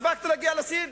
הספקת להגיע לסין?